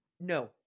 No